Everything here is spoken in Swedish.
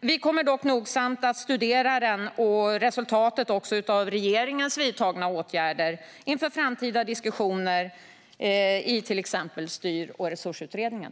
Vi kommer dock nogsamt att studera den och även resultatet av regeringens vidtagna åtgärder inför framtida diskussioner i till exempel Styr och resursutredningen.